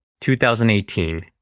2018